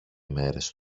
μέρες